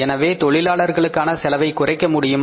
எனவே தொழிலாளர்களுக்கான செலவைக் குறைக்க முடியுமா